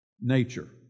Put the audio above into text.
nature